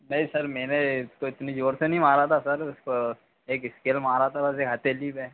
नहीं सर मैंने तो इतनी जोर से नहीं मारा था सर उसको एक इस्केल मारा था बस ये हथेली पर